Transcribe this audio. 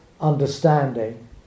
understanding